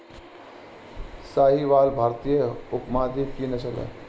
साहीवाल भारतीय उपमहाद्वीप की नस्ल है